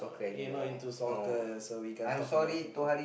you not into soccer so we can't talk about soccer